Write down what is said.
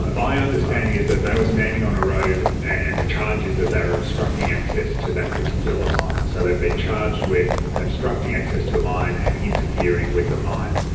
ah my understanding is that they were standing on a road and the charge is that they were obstructing access to that particular mind. so they've been charged with obstructing access to a mine and interfering with a mine.